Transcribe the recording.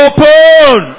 Open